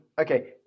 Okay